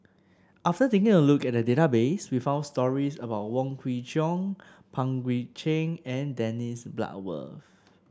after taking a look at the database we found stories about Wong Kwei Cheong Pang Guek Cheng and Dennis Bloodworth